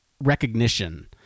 recognition